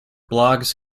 blogs